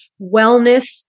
wellness